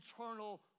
eternal